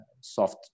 soft